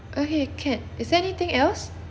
okay can is there anything else